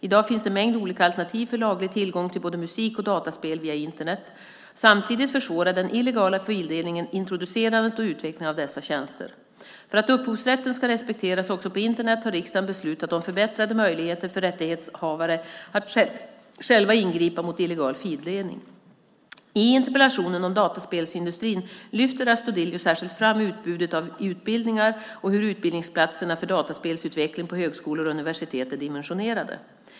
I dag finns en mängd olika alternativ för laglig tillgång till både musik och dataspel via Internet. Samtidigt försvårar den illegala fildelningen introducerandet och utvecklingen av dessa tjänster. För att upphovsrätten ska respekteras också på Internet har riksdagen beslutat om förbättrade möjligheter för rättighetshavare att själva ingripa mot illegal fildelning. I interpellationen om dataspelsindustrin lyfter Astudillo särskilt fram utbudet av utbildningar och hur utbildningsplatserna för dataspelsutveckling på högskolor och universitet är dimensionerade.